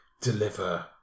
deliver